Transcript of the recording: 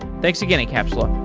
thanks again, incapsula